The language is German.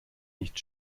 nicht